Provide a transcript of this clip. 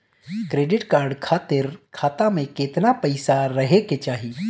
Credit card खातिर खाता में केतना पइसा रहे के चाही?